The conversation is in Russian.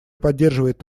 поддерживает